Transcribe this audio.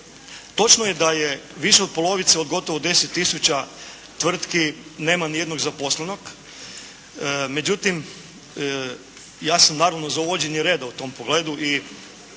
Točno je da je više od polovice od gotovo 10 tisuća tvrtki nema niti jednog zaposlenog. Međutim, ja sam naravno za uvođenje reda u tom pogledu i